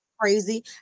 crazy